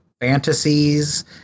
fantasies